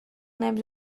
نمی